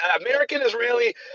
American-Israeli